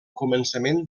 començament